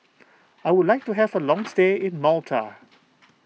I would like to have a long stay in Malta